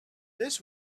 this